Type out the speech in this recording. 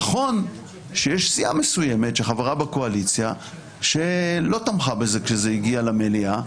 נכון שיש סיעה מסוימת שחברה בקואליציה שלא תמכה בזה כשזה הגיע למליאה.